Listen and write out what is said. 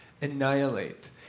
annihilate